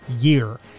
year